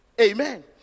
Amen